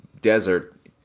desert